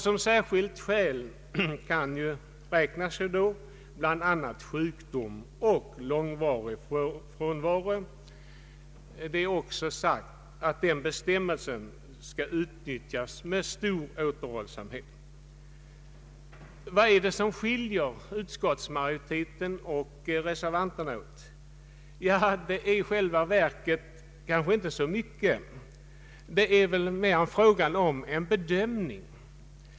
Som särskilt skäl kan bl.a. räknas sjukdom och långvarig frånvaro. Det är också sagt att den bestämmelsen skall utnyttjas med stor återhållsamhet. Vad är det som skiljer utskottsmajoriteten och reservanterna åt? Det är i själva verket inte så mycket. Det är mera fråga om en bedömning.